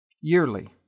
Yearly